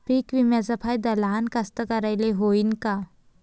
पीक विम्याचा फायदा लहान कास्तकाराइले होईन का?